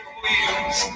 wheels